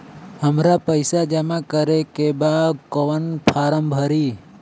हमरा पइसा जमा करेके बा कवन फारम भरी?